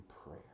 prayer